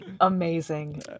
Amazing